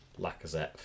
Lacazette